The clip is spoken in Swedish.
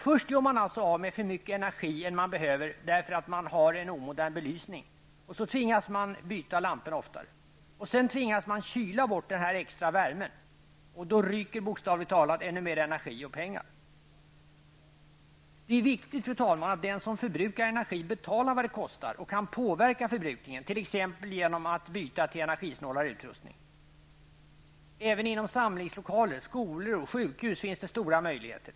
Först gör man alltså av med mer energi än man behöver därför att man har en omodern belysning och sedan tvingas man byta lampor oftare och kyla bort den extra värme som uppstår, och då ryker bokstavligt talat ännu mer energi och pengar. Fru talman! Det är viktigt att den som förbrukar energi betalar vad det kostar och kan påverka förbrukningen t.ex. genom att byta till energisnålare utrustning. Även i samlingslokaler, skolor och sjukhus finns det stora möjligheter.